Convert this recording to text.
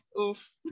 Oof